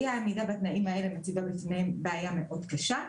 אי העמידה בתנאים האלה מציבה בפניהם בעיה מאוד קשה.